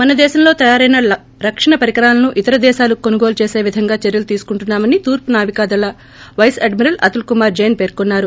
మన దేశంలో తయారైన రక్షణ పరికరాలను ఇతర దేశాలు కొనుగోలు చేసే విధంగా చర్చలు తీసుకుంటున్నా మని తూర్పు నావికాదళ vice admiral Atul Kumar Jain పేర్కొన్నారు